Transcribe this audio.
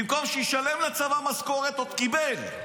במקום שישלם לצבא משכורת, עוד קיבל.